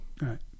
Right